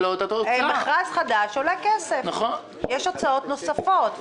מכרז חדש עולה כסף, יש הוצאות נוספות.